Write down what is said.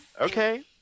Okay